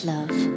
Love